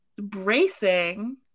bracing